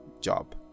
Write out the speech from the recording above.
job